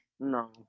no